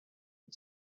and